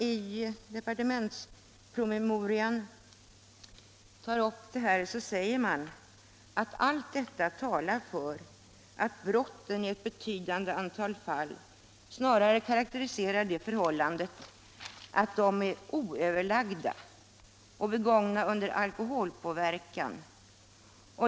I departementspromemorian säger man att allt detta talar för att brotten i ett betydande antal fall snarare tyder på det förhållandet att de är oöverlagda och begångna under alkoholpåverkan.